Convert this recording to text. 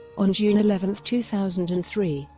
on june eleven, two thousand and three,